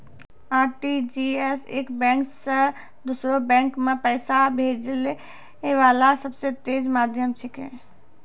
RTGS एक bank से दोसरो बैंक मे पैसा भेजै वाला सबसे तेज माध्यम छिकै